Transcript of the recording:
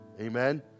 Amen